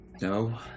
No